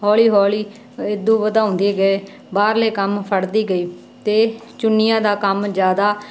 ਹੌਲੀ ਹੌਲੀ ਇਹ ਤੋਂ ਵਧਾਉਂਦੇ ਗਏ ਬਾਹਰਲੇ ਕੰਮ ਫੜਦੀ ਗਈ ਅਤੇ ਚੁੰਨੀਆਂ ਦਾ ਕੰਮ ਜ਼ਿਆਦਾ